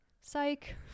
psych